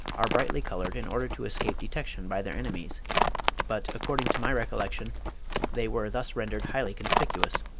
are brightly coloured in order to escape detection by their enemies but according to my recollection they were thus rendered highly conspicuous.